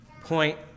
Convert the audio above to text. point